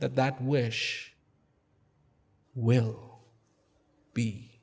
that wish will be